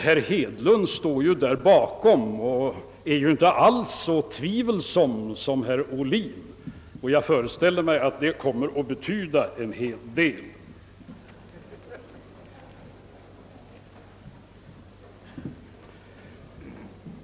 Herr Hedlund står ju där bakom och är inte alls så tveksam som herr Ohlin. Jag föreställer mig att det kommer att betyda en hel del.